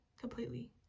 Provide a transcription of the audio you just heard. completely